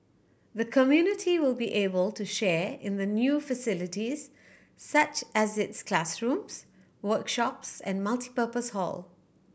the community will be able to share in the new facilities such as its classrooms workshops and multipurpose hall